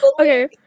okay